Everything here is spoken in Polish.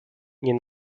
nie